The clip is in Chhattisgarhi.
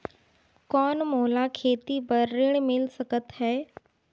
कौन मोला खेती बर ऋण मिल सकत है?